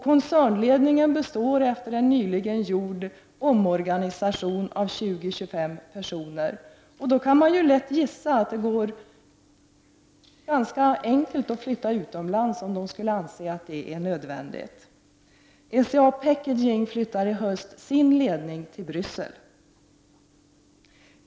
Koncernledningen består, efter en nyligen genomförd omorganisation, av 20-25 personer. Man kan ju gissa att det nu också är ganska enkelt för koncernledningen att flytta utomlands, om man skulle anse det nödvändigt. SCA Packaging flyttar i höst sin ledning till Bryssel.